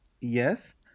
yes